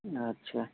ଆଚ୍ଛା